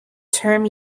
term